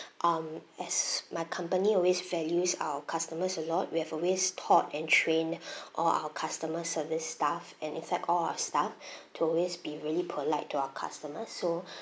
um as my company always values our customers a lot we have always taught and trained all our customer service staff and in fact all our staff to always be really polite to our customers so